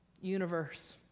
Universe